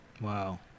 Wow